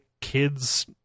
kids